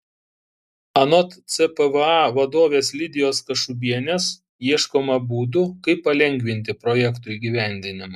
anot cpva vadovės lidijos kašubienės ieškoma būdų kaip palengvinti projektų įgyvendinimą